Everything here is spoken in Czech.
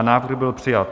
Návrh byl přijat.